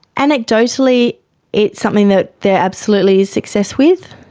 anecdotally it's something that there absolutely is success with.